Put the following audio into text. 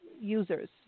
users